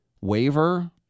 waiver